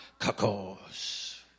kakos